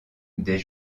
des